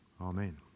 Amen